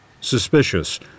Suspicious